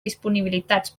disponibilitats